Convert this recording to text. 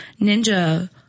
ninja